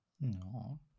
No